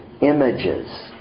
images